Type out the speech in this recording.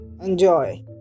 enjoy